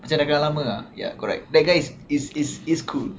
macam dah kenal lama ah ya correct that guy is is is is cool